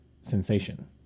sensation